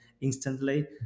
instantly